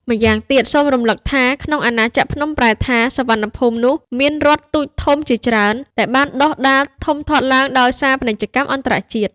ម្យ៉ាងទៀតសូមរំលឹកថា ក្នុងអាណាចក្រភ្នំប្រែថា សុវណ្ណភូមិនោះ មានរដ្ឋតូចធំជាច្រើន ដែលបានដុះដាលធំធាត់ឡើង ដោយសារពាណិជ្ជកម្មអន្តរជាតិ ។